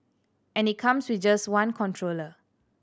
and it comes with just one controller